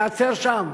ייעצרו שם.